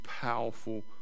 powerful